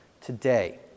today